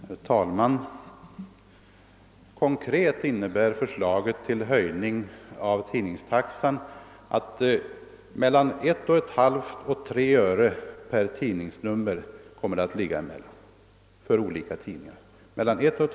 Herr talman! Konkret innebär förslaget att höjningen av tidningstaxan kommer att bli mellan 1,5 och 3 öre per tidningsnummer för olika tidningar.